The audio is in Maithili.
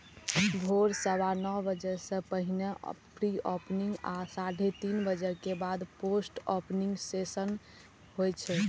भोर सवा नौ बजे सं पहिने प्री ओपनिंग आ साढ़े तीन बजे के बाद पोस्ट ओपनिंग सेशन होइ छै